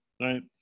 right